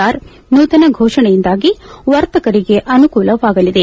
R ನೂತನ ಘೋಷಣೆಯಿಂದಾಗಿ ವರ್ತಕರಿಗೆ ಅನುಕೂಲವಾಗಲಿದೆ